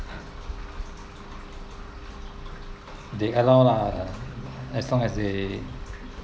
they allow lah as long as they